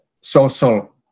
social